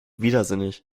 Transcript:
widersinnig